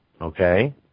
Okay